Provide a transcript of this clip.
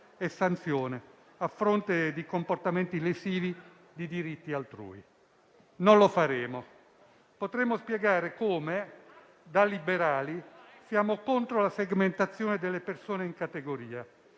e sanzione a fronte di comportamenti lesivi di diritti altrui. Ma non lo faremo. Potremmo spiegare come, da liberali, siamo contro la segmentazione delle persone in categorie,